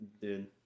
Dude